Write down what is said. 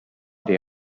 they